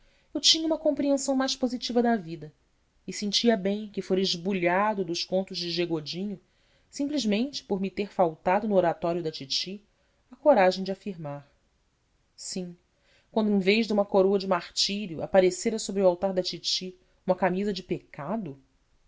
eu tinha uma compreensão mais positiva da vida e sentia bem que fora esbulhado dos contos de g godinho simplesmente por me ter faltado no oratório da titi a coragem de afirmar sim quando em vez de uma coroa de martírio aparecera sobre o altar da titi uma camisa de pecado